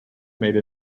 made